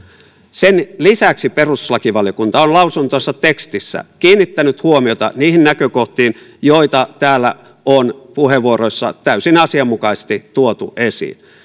sen lisäksi perustuslakivaliokunta on lausuntonsa tekstissä kiinnittänyt huomiota niihin näkökohtiin joita täällä on puheenvuoroissa täysin asianmukaisesti tuotu esiin